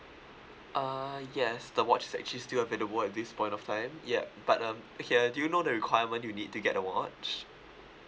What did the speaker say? err yes the watch is actually still available at this point of time yup but um okay uh do you know the requirement you need to get the watch